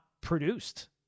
produced